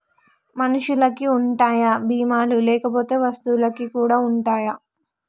మనుషులకి ఉంటాయా బీమా లు లేకపోతే వస్తువులకు కూడా ఉంటయా?